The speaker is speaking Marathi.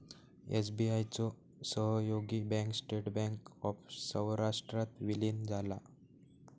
एस.बी.आय चो सहयोगी बँक स्टेट बँक ऑफ सौराष्ट्रात विलीन झाला